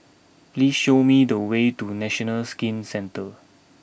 please show me the way to National Skin Centre